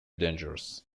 dangerous